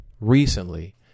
recently